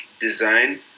design